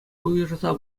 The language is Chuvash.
уйӑрса